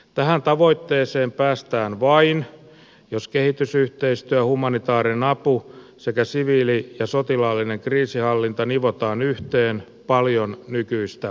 tähän tavoitteeseen päästään vain jos kehitysyhteistyö humanitaarinen apu sekä siviili ja sotilaallinen kriisinhallinta nivotaan yhteen paljon nykyistä paremmin